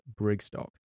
Brigstock